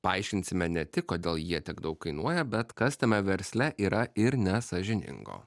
paaiškinsime ne tik kodėl jie tiek daug kainuoja bet kas tame versle yra ir nesąžiningo